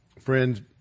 friends